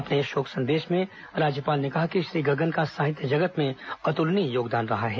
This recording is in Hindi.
अपने शोक संदेश में राज्यपाल ने कहा कि श्री गगन का साहित्य जगत में अतुलनीय योगदान रहा है